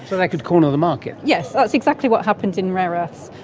so they could corner the market? yes, that's exactly what happens in rare earths.